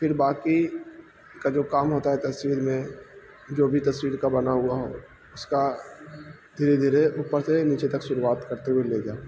پھر باقی کا جو کام ہوتا ہے تصویر میں جو بھی تصویر کا بنا ہوا ہو اس کا دھیرے دھیرے اوپر سے نیچے تک شروعات کرتے ہوئے لے جاؤ